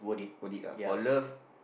worth it lah for love